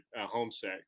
Homesick